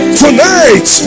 tonight